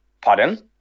Pardon